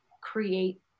create